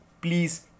Please